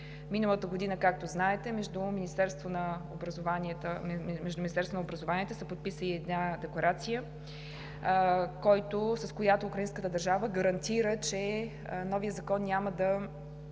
Миналата година, както знаете, между министерствата на образованието се подписа и една Декларация, с която украинската държава гарантира, че новият закон няма да